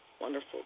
wonderful